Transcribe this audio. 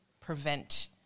prevent